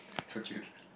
so cute